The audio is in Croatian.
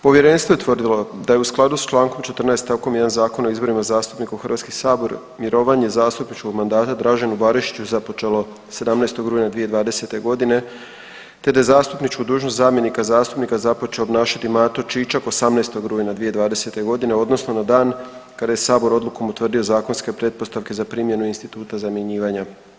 Povjerenstvo je utvrdilo da je u skladu s Člankom 14. stavkom 1. Zakona o izborima zastupnika u Hrvatski sabor mirovanje zastupničkog mandata Draženu Barišiću započelo 17. rujna 2020. godine te da je zamjeničku dužnost zamjenika zastupnika započeo obnašati Mato Čičak 18. rujna 2020. godine odnosno na dan kada je sabor odlukom utvrdio zakonske pretpostavke za primjenu instituta zamjenjivanja.